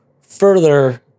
further